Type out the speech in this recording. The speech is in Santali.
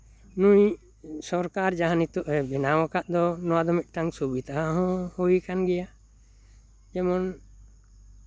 ᱱᱩᱭ ᱥᱚᱨᱠᱟᱨ ᱡᱟᱦᱟᱸ ᱱᱤᱛᱚᱜ ᱮ ᱵᱮᱱᱟᱣ ᱠᱟᱜ ᱫᱚ ᱱᱚᱣᱟ ᱫᱚ ᱢᱤᱫᱴᱟᱝ ᱥᱩᱵᱤᱫᱷᱟ ᱦᱚᱸ ᱦᱩᱭ ᱠᱟᱱ ᱜᱮᱭᱟ ᱡᱮᱢᱚᱱ